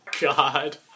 God